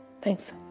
Thanks